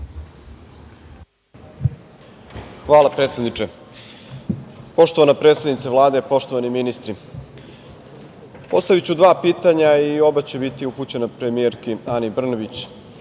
Hvala, predsedniče. Poštovana predsednice Vlade, poštovani ministri, postaviću dva pitanja i oba će biti upućena premijerki Ani Brnabić.